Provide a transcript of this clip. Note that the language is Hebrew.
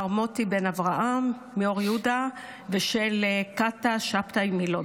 מר מוטי בן אברהם מאור יהודה ושבתאי קטש מלוד.